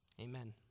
Amen